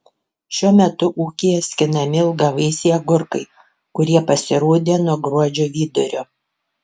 šiuo metu ūkyje skinami ilgavaisiai agurkai kurie pasirodė nuo gruodžio vidurio